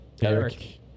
Eric